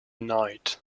night